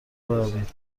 بروید